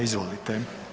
Izvolite.